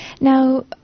Now